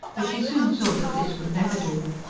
but she soon saw that this would never do.